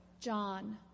John